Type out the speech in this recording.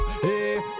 Hey